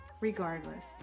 Regardless